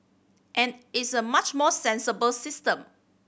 and it's a much more sensible system